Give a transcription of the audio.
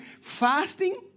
fasting